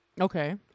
Okay